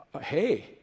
Hey